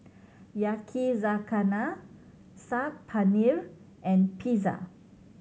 Yakizakana Saag Paneer and Pizza